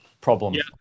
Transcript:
problems